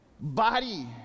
body